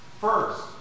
First